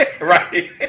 Right